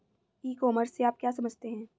ई commerce से आप क्या समझते हैं?